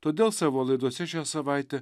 todėl savo laidose šią savaitę